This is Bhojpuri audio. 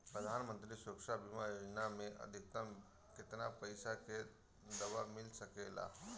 प्रधानमंत्री सुरक्षा बीमा योजना मे अधिक्तम केतना पइसा के दवा मिल सके ला?